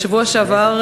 בשבוע שעבר,